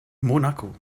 monaco